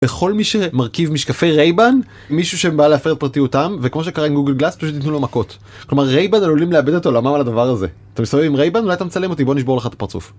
וכל מי שמרכיב משקפי רייבן, מישהו שבא להפר פרטיותם, וכמו שקרה עם גוגל גלס, פשוט יתנו לו מכות. כלומר, רייבן, עלולים לאבד את עולמם על הדבר הזה. אתה מסתובב עם רייבן? אולי אתה מצלם אותי? בואו נשבור לך את הפרצוף.